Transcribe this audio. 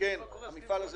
המפעל הזה